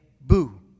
Boo